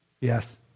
Yes